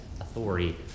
authority